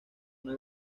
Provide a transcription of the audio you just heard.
una